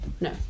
No